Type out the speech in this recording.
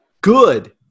Good